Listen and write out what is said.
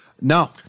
No